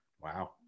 wow